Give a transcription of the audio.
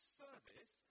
service